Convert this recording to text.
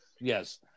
yes